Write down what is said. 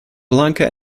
blanca